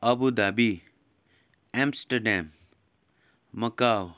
Abu Dhabi Amsterdam Macau